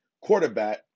quarterback